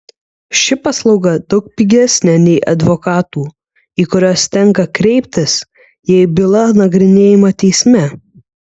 ši paslauga daug pigesnė nei advokatų į kuriuos tenka kreiptis jei byla nagrinėjama teisme